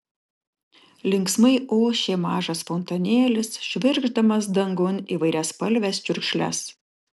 linksmai ošė mažas fontanėlis švirkšdamas dangun įvairiaspalves čiurkšles